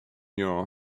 your